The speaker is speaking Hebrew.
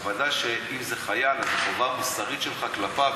וודאי שאם זה חייל אז החובה המוסרית שלך כלפיו